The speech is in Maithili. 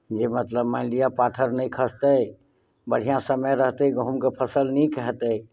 जे मतलब मानि लिअ जे पाथर नहि खसतै बढ़िआँ समय रहतै गहूँमके फसल नीक हेतै